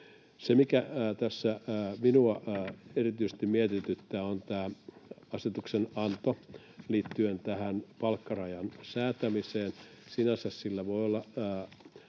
Se, mikä tässä minua erityisesti mietityttää, on tämä asetuksenanto liittyen palkkarajan säätämiseen. Sinänsä sillä, että